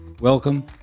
Welcome